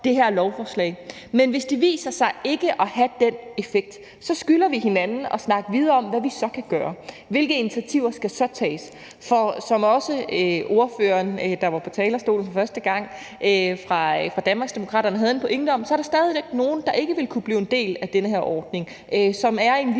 Men hvis det viser sig ikke at have den effekt, skylder vi hinanden at snakke videre om, hvad vi så kan gøre. Hvilke initiativer skal så tages? For som også ordføreren fra Danmarksdemokraterne, der var på talerstolen for første gang, havde en pointe om, så er der stadig væk nogle, der ikke vil kunne blive en del af den her ordning, og som er i